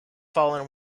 fallen